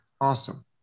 Awesome